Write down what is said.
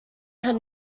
had